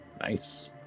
Nice